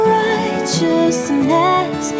righteousness